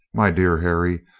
my dear harry,